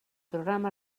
programa